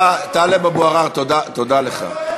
היא מסיתה נגד, טלב אבו עראר, תודה לך.